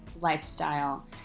lifestyle